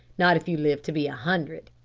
not if you live to be a hundred.